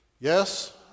yes